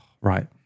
Right